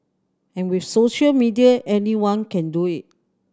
and with social media anyone can do it